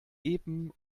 epen